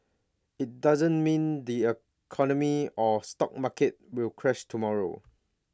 IT doesn't mean the economy or stock market will crash tomorrow